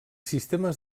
sistemes